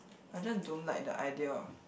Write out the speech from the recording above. I just don't like the idea of